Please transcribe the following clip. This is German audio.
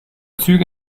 züge